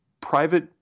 private